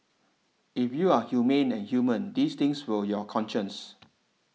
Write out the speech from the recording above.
if you are humane and human these things will your conscience